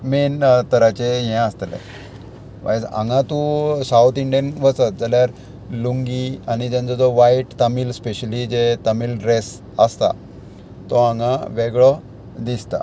main तराचे हे आसतले वायज हांगा तूं सावत इंडियन वचत जाल्यार लुंगी आनी तेंचो जो वायट तामील स्पेशली जे तामील ड्रेस आसता तो हांगा वेगळो दिसता